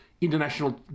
international